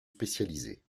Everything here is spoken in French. spécialisés